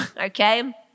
okay